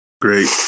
Great